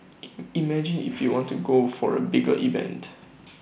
in imagine if we want to go for A bigger event